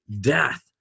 death